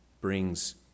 brings